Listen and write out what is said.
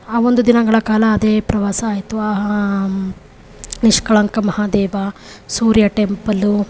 ಆ ಒಂದು ದಿನಗಳ ಕಾಲ ಅದೇ ಪ್ರವಾಸ ಆಯಿತು ಆ ನಿಷ್ಕಳಂಕ ಮಹಾದೇವ ಸೂರ್ಯ ಟೆಂಪಲ್ಲು